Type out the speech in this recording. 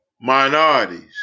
minorities